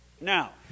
Now